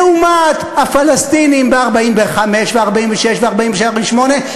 לעומת הפלסטינים ב-1945 ו-1946 ו-1947 ו-1948.